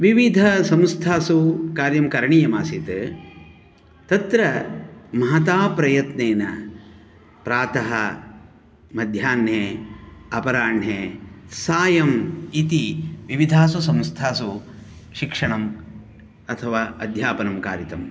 विविधसंस्थासु कार्यं करणीयमासीत् तत्र महता प्रयत्नेन प्रातः मध्याह्ने अपराह्णे सायम् इति विविधासु संस्थासु शिक्षणम् अथवा अध्यापनं कारितम्